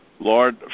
Lord